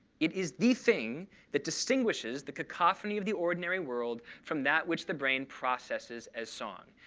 it is the thing that distinguishes the cacophony of the ordinary world from that which the brain processes as song.